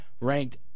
ranked